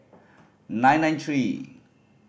nine nine three